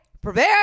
prepare